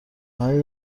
مردی